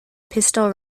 pistol